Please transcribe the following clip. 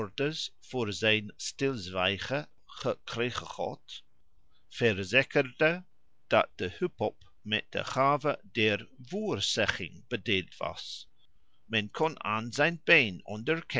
voor zijn stilzwijgen gekregen had verzekerde dat de hup op met de gave der voorzegging bedeeld was men kon aan zijn